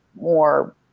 more